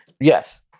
Yes